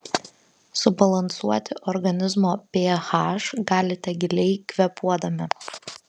subalansuoti organizmo ph galite giliai kvėpuodami